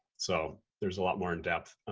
so there's a lot more in depth.